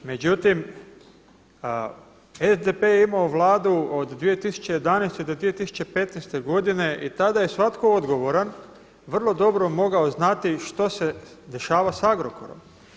Međutim, SDP je imao Vladu od 2011. do 2015. godine i tada je svatko odgovoran vrlo dobro mogao znati što se dešava sa Agrokorom.